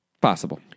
Possible